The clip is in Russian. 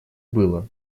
было